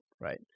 right